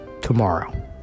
tomorrow